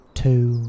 ，two